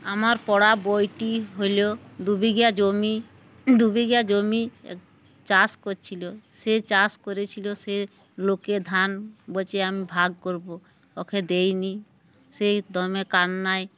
আমার পড়া বইটি হলো দুবিঘা জমি দুবিঘা জমি চাষ করছিলো সে চাষ করেছিলো সে লোকে ধান বচে আমি ভাগ করবো ওকে দেই নি সেই দমে কান্নায়